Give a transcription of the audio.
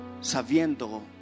sabiendo